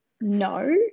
no